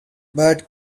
bird